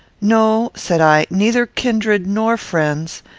no, said i neither kindred nor friends.